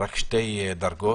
רק שתי דרגות